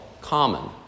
common